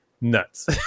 nuts